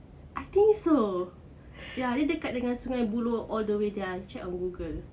I think so ya dia dekat dengan sungei buloh all the way sia I check on Google